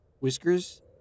Whiskers